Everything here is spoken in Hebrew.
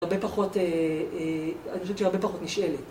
הרבה פחות, אני חושב שהיא הרבה פחות נשאלת.